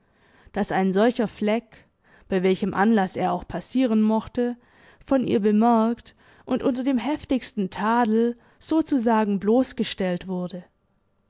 daß ein solcher fleck bei welchem anlaß er auch passieren mochte von ihr bemerkt und unter dem heftigsten tadel sozusagen bloßgestellt wurde